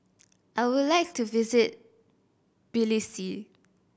I would like to visit Tbilisi